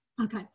Okay